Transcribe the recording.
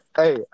hey